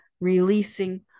releasing